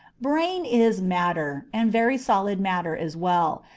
brain is matter, and very solid matter as well,